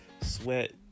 sweat